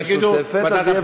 ועדה משותפת.